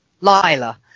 Lila